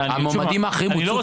המועמדים האחרים הוצעו